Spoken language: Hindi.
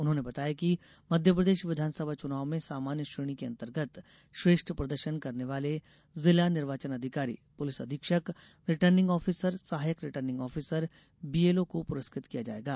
उन्होंने बताया कि मध्यप्रदेश विधानसभा चुनाव में सामान्य श्रेणी के अंतर्गत श्रेष्ठ प्रदर्शन करने वाले जिला निर्वाचन अधिकारी पुलिस अधीक्षक रिटर्निंग ऑफिसर सहायक रिटर्निंग ऑफिसर बीएलओ को पुरस्कृत किया जायेगा